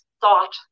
thought